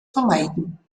vermeiden